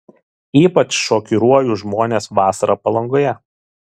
ypač šokiruoju žmones vasarą palangoje